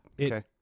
Okay